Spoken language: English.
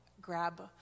grab